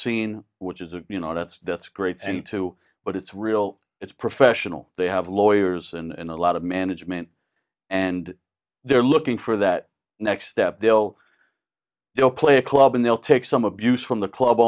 scene which is a you know that's that's great and to but it's real it's professional they have lawyers and a lot of management and they're looking for that next step they'll they'll play a club and they'll take some abuse from the club